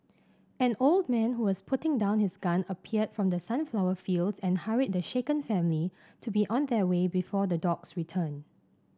an old man who was putting down his gun appeared from the sunflower fields and hurried the shaken family to be on their way before the dogs return